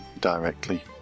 directly